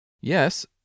Yes